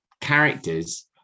characters